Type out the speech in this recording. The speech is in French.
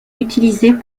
utilisés